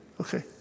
Okay